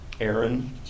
Aaron